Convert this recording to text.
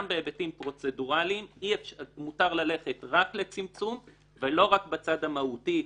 גם בהיבטים פרוצדוראליים מותר ללכת רק לצמצום ולא רק בצד המהותי,